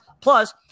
Plus